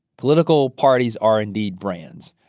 political parties are indeed brands.